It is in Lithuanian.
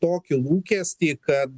tokį lūkestį kad